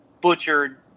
butchered